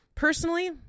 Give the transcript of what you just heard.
Personally